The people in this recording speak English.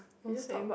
oh same